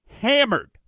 hammered